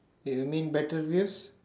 you mean better wheels